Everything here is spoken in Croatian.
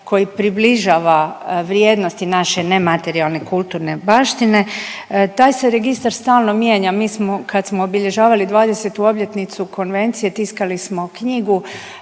koji približava vrijednosti naše nematerijalne kulturne baštine. Taj se registar stalno mijenja, mi smo kad smo obilježavali 20-tu obljetnicu konvencije tiskali smo knjigu